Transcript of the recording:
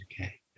Okay